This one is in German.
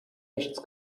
nichts